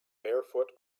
barefoot